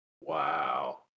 wow